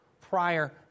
prior